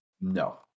no